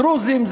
דרוזים,